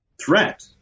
threat